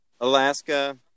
Alaska